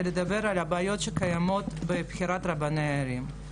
לדבר על הבעיות שקיימות בבחירת רבני הערים.